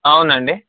అవునండి